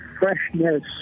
Freshness